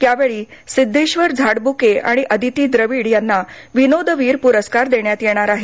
यावेळी सिद्धेश्वर झाडब्रेके आणि अदिती द्रविड यांना विनोदवीर प्रस्कार देण्यात येणार आहे